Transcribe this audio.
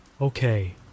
Okay